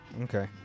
Okay